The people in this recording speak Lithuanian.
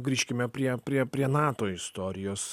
grįžkime prie prie prie nato istorijos